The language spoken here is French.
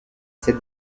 cette